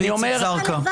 גם איציק זרקא...